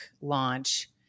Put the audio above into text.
launch